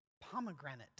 pomegranate